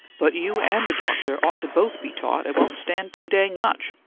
but you and the doctor ought to both be taught it won't stand too dang much!